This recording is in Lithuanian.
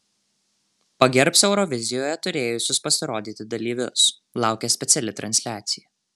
pagerbs eurovizijoje turėjusius pasirodyti dalyvius laukia speciali transliacija